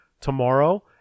tomorrow